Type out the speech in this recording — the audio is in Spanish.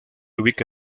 ubica